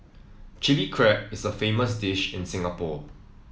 Chilli Crab is a famous dish in Singapore